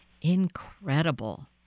Incredible